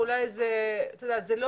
זה נכון,